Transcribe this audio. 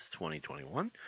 2021